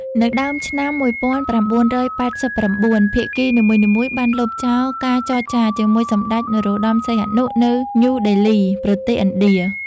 នៅដើមឆ្នាំ ១៩៨៩ ភាគីនីមួយៗបានលុបចោលការចរចាជាមួយសម្ដេច នរោត្តមសីហនុ នៅញូដេលី ប្រទេសឥណ្ឌា។